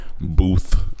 booth